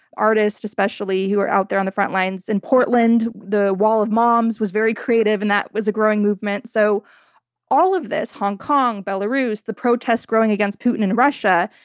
artists, especially who are out there on the frontlines. in portland, the wall of moms was very creative and that was a growing movement. so all of this, hong kong, belarus, the protests growing against putin in russia,